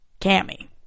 Cammy